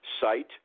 site